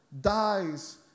dies